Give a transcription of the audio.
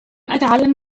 أتعلم